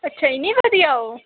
ਅੱਛਾ ਐਨੀ ਵਧੀਆ ਉਹ